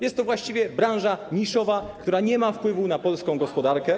Jest to właściwie branża niszowa, która nie ma wpływu na polską gospodarkę.